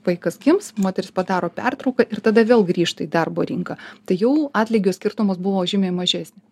vaikas gims moteris padaro pertrauką ir tada vėl grįžta į darbo rinką tai jau atlygio skirtumas buvo žymiai mažesnis